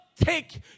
take